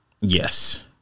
yes